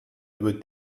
due